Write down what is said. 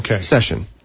session